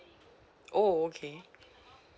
oh okay